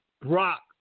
Brock